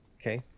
Okay